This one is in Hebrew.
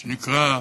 שנקרא,